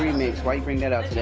remix, why you bring that out today?